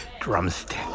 drumstick